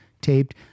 taped